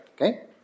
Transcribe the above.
Okay